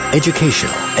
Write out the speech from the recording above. educational